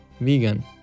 Vegan